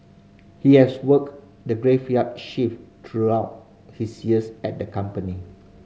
he has worked the graveyard shift throughout his years at the company